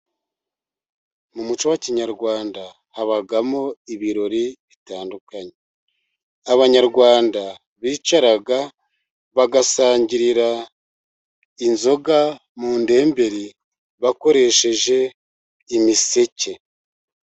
Mu muco wa kinyarwanda habamo ibirori bitandukanye. Abanyarwanda bicaraga bagasangirira inzoga mu ndemberi bakoresheje imiseke.